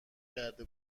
کرده